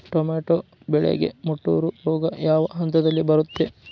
Tomato ಬೆಳೆಗೆ ಮುಟೂರು ರೋಗ ಯಾವ ಹಂತದಲ್ಲಿ ಬರುತ್ತೆ?